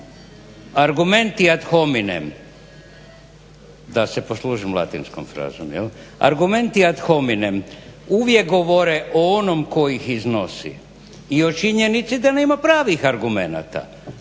argumenti ad hominem da se poslužim latinskom frazom, argumenti ad hominem uvijek govore o onom tko ih iznosi i o činjenici da nema pravih argumenata,